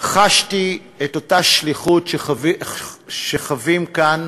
חשתי את אותה שליחות שחווים כאן